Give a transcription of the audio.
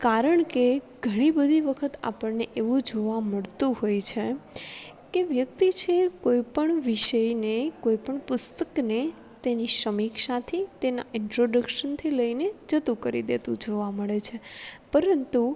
કારણ કે ઘણી બધી વખત આપણને એવું જોવા મળતું હોય છે કે વ્યક્તિ છે કોઈ પણ વિષયને કોઈપણ પુસ્તકને તેની સમીક્ષાથી તેનાં ઇન્ટ્રોડક્શનથી લઈને જતું કરી દેતું જોવા મળે છે પરંતુ